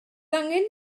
angen